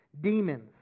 demons